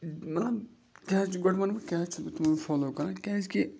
مطلب کیٛازِ چھِ گۄڈٕ وَنہٕ بہٕ کیٛازِ چھُس بہٕ تِمَن فالو کَران کیٛازِکہِ